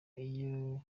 iyo